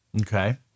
Okay